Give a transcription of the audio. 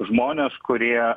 žmonės kurie